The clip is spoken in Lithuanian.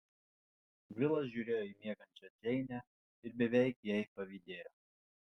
vilas žiūrėjo į miegančią džeinę ir beveik jai pavydėjo